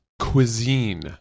cuisine